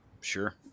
Sure